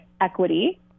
equity